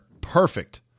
Perfect